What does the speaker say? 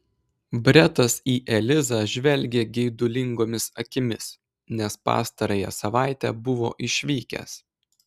bretas į elizą žvelgė geidulingomis akimis nes pastarąją savaitę buvo išvykęs